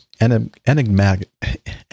enigmatic